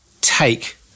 take